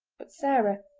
but sarah,